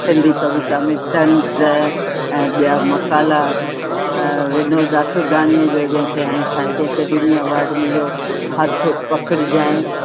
सिंधी कविता में तंज़ ऐं ॿिया मकाला विनोदा आसुदाणी जो जंहिंखे साहित्य एकेडमी जो अवॉर्ड मिलियो हथु पकड़जांइ